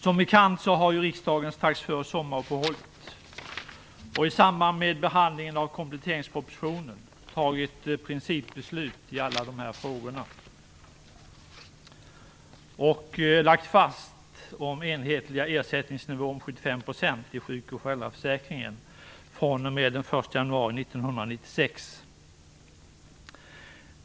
Som bekant har riksdagen strax före sommaruppehållet och i samband med behandlingen av kompletteringspropositionen fattat ett principbeslut i alla de här frågorna och lagt fast en enhetlig ersättningsnivå på 75 % i sjuk och föräldraförsäkringen fr.o.m. den 1 januari 1996.